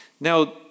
Now